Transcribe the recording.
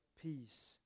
peace